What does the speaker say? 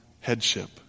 headship